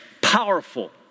powerful